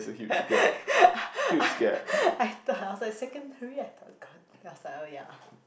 I I thought I was like secondary I thought is then I was like oh ya